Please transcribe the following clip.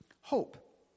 hope